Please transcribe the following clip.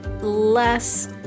less